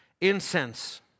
incense